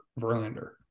Verlander